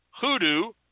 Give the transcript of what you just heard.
hoodoo